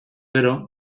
gero